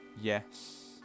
Yes